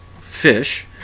fish